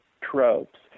tropes